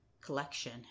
collection